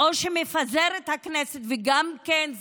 או שהוא מפזר את הכנסת וזה מסתיים,